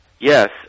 Yes